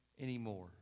anymore